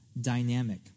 dynamic